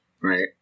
Right